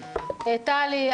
טלי,